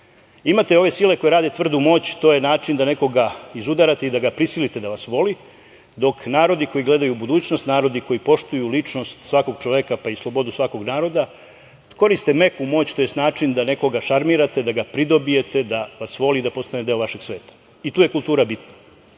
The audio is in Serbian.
Imate ove sile koje rade tvrdu moć. To je način da nekoga izudarate i da ga prisilite da vas voli, dok narodi koji gledaju u budućnost, narodi koji poštuju ličnost svakog čoveka, pa i slobodu svakog naroda koriste meku moć, tj. način da nekoga šarmirate, da ga pridobijete da vas voli i da postane deo vašeg sveta. I tu je kultura bitna.